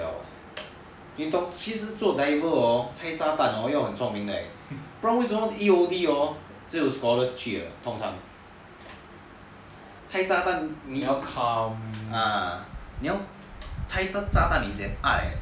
你懂其实做 diver hor 拆炸弹要很聪明的 leh 不然为什么 E_O_D hor 只有 scholars 去的通常拆炸弹你要 ah 拆个炸弹你 !aiya!